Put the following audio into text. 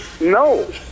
No